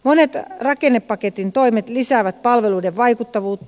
monet rakennepaketin toimet lisäävät palveluiden vaikuttavuutta